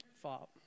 fault